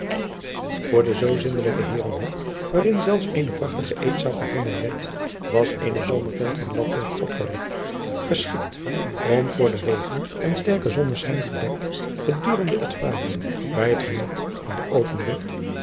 oor de zoo zindelijke eerenhut waarin zelfs eene prachtige eetzaal gevonden werd was eene zomertent van latwerk opgerigt geschikt om voor den regen en sterken zonneschijn gedekt gedurende het varen bij het genot van de open lucht